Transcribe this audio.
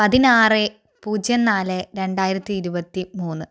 പതിനാറ് പൂജ്യം നാല് രണ്ടായിരത്തി ഇരുപത്തി മൂന്ന്